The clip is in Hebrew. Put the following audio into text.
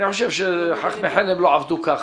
אני חושב שחכמי חלם לא עבדו כך.